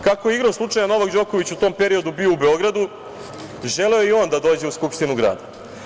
Kako je igrom slučaja, Novak Đoković u tom periodu bio u Beogradu, želeo je i on da dođe u Skupštinu grada.